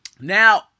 Now